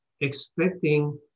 expecting